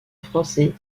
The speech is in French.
français